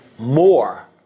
more